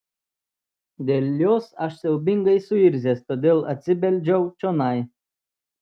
dėl jos aš siaubingai suirzęs todėl atsibeldžiau čionai